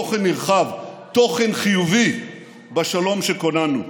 תוכן נרחב, תוכן חיובי בשלום שכוננו.